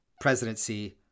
presidency